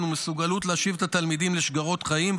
ומסוגלות להשיב את התלמידים לשגרות חיים,